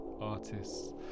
artists